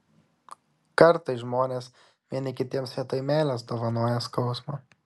kartais žmonės vieni kitiems vietoj meilės dovanoja skausmą